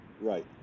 right